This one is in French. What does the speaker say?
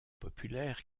populaire